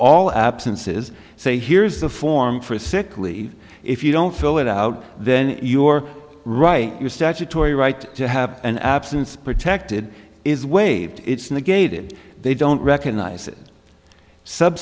all absences say here's a form for a sick leave if you don't fill it out then you're right you're statutory right to have an absence protected is waived it's negated they don't recognise